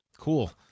Cool